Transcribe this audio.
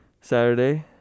Saturday